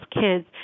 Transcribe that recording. kids